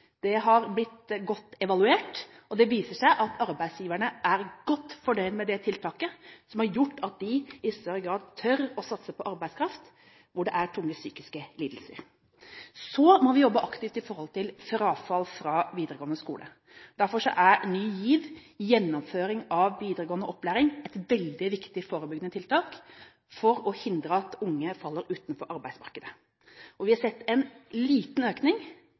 Det har blitt godt evaluert, og det viser seg at arbeidsgiverne er godt fornøyd med det tiltaket, som har gjort at de i større grad tør å satse på arbeidskraft hvor det er tunge psykiske lidelser. Så må vi jobbe aktivt når det gjelder frafall fra videregående skole. Derfor er Ny GIV – gjennomføring i videregående opplæring et veldig viktig forebyggende tiltak for å hindre at unge faller utenfor arbeidsmarkedet. Vi har sett en liten økning